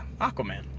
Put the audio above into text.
Aquaman